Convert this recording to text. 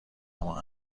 اما